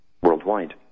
worldwide